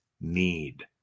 need